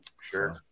Sure